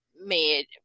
made